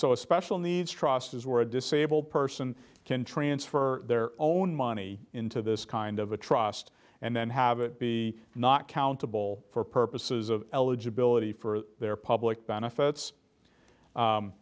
a special needs trust is where a disabled person can transfer their own money into this kind of a trust and then have it be not countable for purposes of eligibility for their public benefits